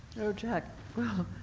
oh, jack, well.